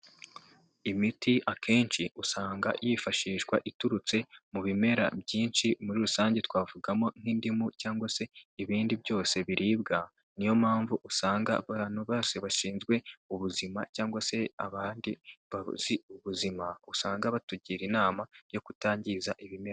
Imiti akenshi usanga yifashishwa iturutse mu bimera byinshi muri rusange, twavugamo nk'indimu cyangwa se ibindi byose biribwa, niyo mpamvu usanga abantu bose bashinzwe ubuzima cyangwa se abandi bazi ubuzima usanga batugira inama yo kutangiza ibimera.